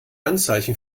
anzeichen